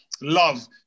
love